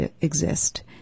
exist